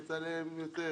מצלמת,